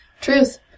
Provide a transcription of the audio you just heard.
Truth